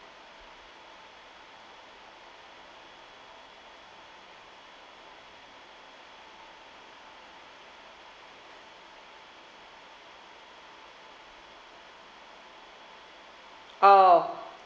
oh